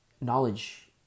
knowledge